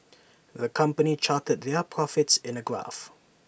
the company charted their profits in A graph